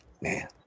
Man